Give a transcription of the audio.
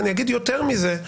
אני אגיד יותר מזה,